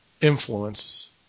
influence